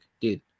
dude